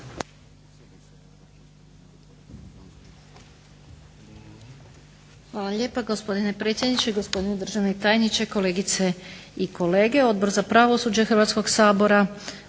Hvala lijepa gospodine predsjedniče, gospodine državni tajniče, kolegice i kolege. Odbor za pravosuđe Hrvatskog sabora